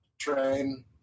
train